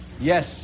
yes